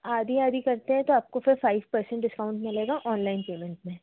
आधी आधी करते हैं तो आपको फिर फ़ाइव पर्सेंट डिस्काउंट मिलेगा ऑनलाइन पेमेंट में